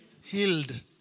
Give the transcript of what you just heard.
healed